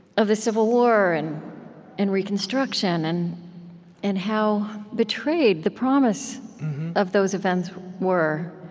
of the civil war and and reconstruction and and how betrayed the promise of those events were,